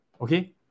okay